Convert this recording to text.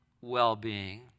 well-being